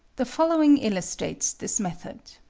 the following illustrates this method